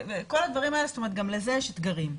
גם לזה יש אתגרים.